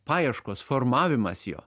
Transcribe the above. paieškos formavimas jo